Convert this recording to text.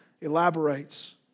elaborates